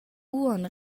uonn